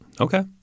Okay